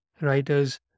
writers